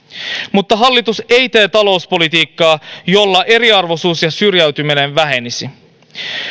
mutta hallitus ei tee talouspolitiikkaa jolla eriarvoisuus ja syrjäytyminen vähenisi